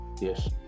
Yes